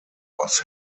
was